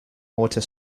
water